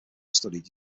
studied